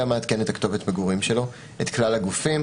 מעדכן את כתובת המגורים שלו את כלל הגופים,